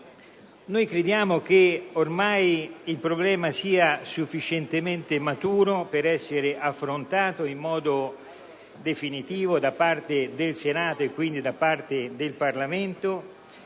Crediamo che ormai il problema sia sufficientemente maturo per essere affrontato in modo definitivo da parte del Senato e, quindi, da parte del Parlamento